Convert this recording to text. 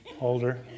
older